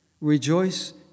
Rejoice